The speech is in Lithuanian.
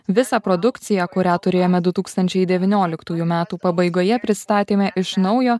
visą produkciją kurią turėjome du tūkstančiai devynioliktųjų metų pabaigoje pristatėme iš naujo